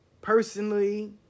Personally